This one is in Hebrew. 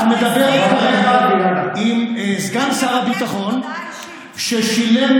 את מדברת היום עם סגן שר הביטחון ששילם